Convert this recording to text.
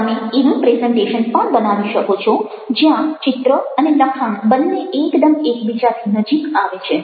તમે એવું પ્રેઝન્ટેશન પણ બનાવી શકો છો જ્યાં ચિત્ર અને લખાણ બન્ને એકદમ એકબીજાથી નજીક આવે છે